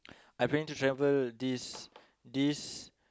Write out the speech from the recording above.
I'm planning to travel this this